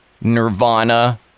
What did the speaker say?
Nirvana